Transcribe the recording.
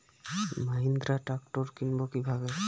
Mahindra tractor কিনবো কি ভাবে?